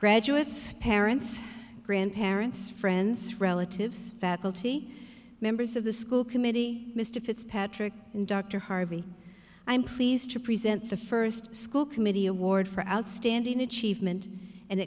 graduates parents grandparents friends relatives faculty members of the school committee mr fitzpatrick and dr harvey i'm pleased to present the first school committee award for outstanding achievement and